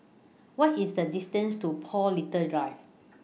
What IS The distance to Paul Little Drive